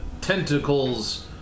tentacles